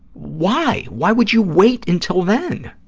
why? why would you wait until then?